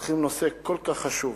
לוקחים נושא כל כך חשוב,